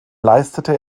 leistete